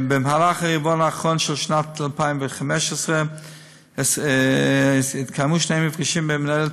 במהלך הרבעון האחרון של שנת 2015 התקיימו שני מפגשים בין מנהלת